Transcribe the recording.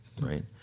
right